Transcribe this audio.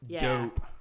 dope